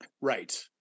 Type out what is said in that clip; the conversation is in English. Right